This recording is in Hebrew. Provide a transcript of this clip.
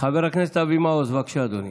חבר הכנסת אבי מעוז, בבקשה, אדוני.